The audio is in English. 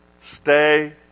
stay